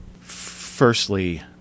Firstly